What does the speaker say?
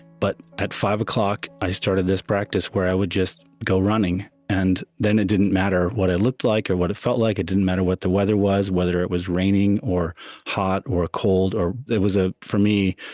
but at five o'clock, i started this practice where i would just go running. and then it didn't matter what i looked like or what it felt like, it didn't matter what the weather was, whether it was raining or hot or cold. it was, ah for me,